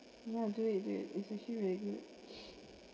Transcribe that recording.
yeah do it do it it's actually very good